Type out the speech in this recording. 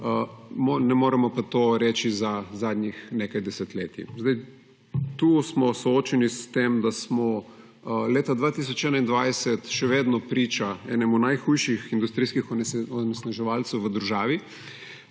ne moremo pa to reči za zadnjih nekaj desetletij. Tu smo soočeni s tem, da smo leta 2021 še vedno priča enemu najhujših industrijskih onesnaževalcev v državi,